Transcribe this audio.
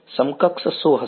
સમકક્ષ શું હશે